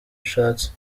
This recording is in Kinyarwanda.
ushatse